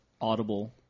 audible